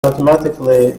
automatically